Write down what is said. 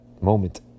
moment